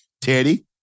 Teddy